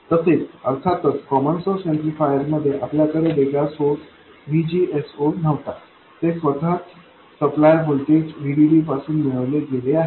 तसेच अर्थातच common source amplifier मध्ये आपल्याकडे वेगळा सोर्स VGS0 नव्हता ते स्वतः च सप्लाय व्होल्टेज VDD पासून मिळवले गेले आहे